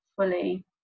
fully